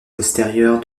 postérieure